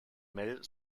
mel